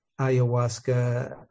ayahuasca